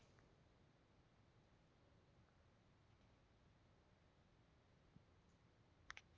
ವಾರ್ಷಿಕ ಸಸ್ಯಗಳಿಗೆ ಹಲವಾರು ರೋಗಗಳು ಬರುವ ಸಾದ್ಯಾತೆ ಇದ ಆದ್ದರಿಂದ ಸರಿಯಾದ ಮುಂಜಾಗ್ರತೆ ಕ್ರಮ ವಹಿಸುವುದು ಅವಶ್ಯ